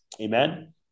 amen